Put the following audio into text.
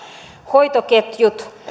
hoitoketjut